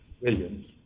Williams